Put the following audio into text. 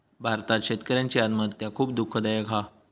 भारतात शेतकऱ्यांची आत्महत्या खुप दुःखदायक हा